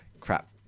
crap